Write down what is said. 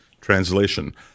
Translation